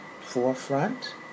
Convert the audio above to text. forefront